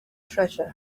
treasure